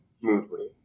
smoothly